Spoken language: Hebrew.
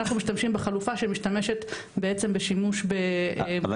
אנחנו משתמשים בחלופה שמשתמשת בעצם בשימוש ב- - אבל